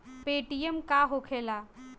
Paytm का होखेला?